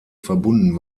verbunden